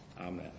amen